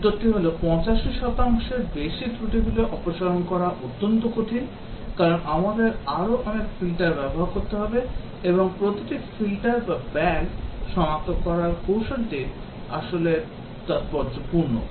উত্তরটি হল 85 শতাংশের বেশি ত্রুটিগুলি অপসারণ করা অত্যন্ত কঠিন কারণ আমাদের আরও অনেক ফিল্টার ব্যবহার করতে হবে এবং প্রতিটি ফিল্টার বা বাগ সনাক্তকরণ কৌশলটি আসলে তাৎপর্যপূর্ণ